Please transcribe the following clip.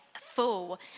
full